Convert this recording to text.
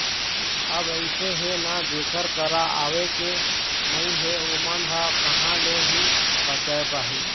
अब अइसे हे ना जेखर करा आवके नइ हे ओमन ह कहाँ ले ही बचाय पाही